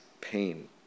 pain